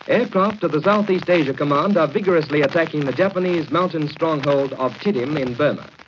aircraft of the south east asia command are vigorously attacking the japanese mountain stronghold of tiddim in burma.